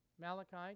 Malachi